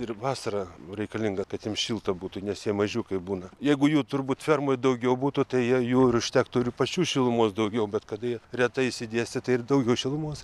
ir vasara reikalinga kad jiem šilta būtų nes jie mažiukai būna jeigu jų turbūt fermoj daugiau būtų tai jie jų ir užtektų ir pačių šilumos daugiau bet kada jie retai išsidėstę tai ir daugiau šilumos